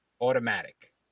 Automatic